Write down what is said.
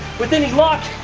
with any luck,